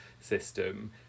system